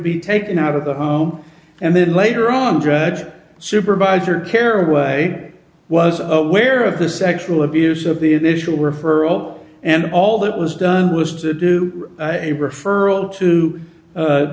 be taken out of the home and then later on judge supervisor caraway was aware of the sexual abuse of the initial referral and all that was done was to do a referral to